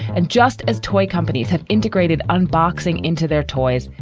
and just as toy companies have integrated unboxing into their toys,